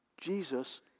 Jesus